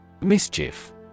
Mischief